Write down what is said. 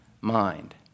mind